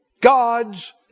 God's